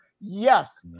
Yes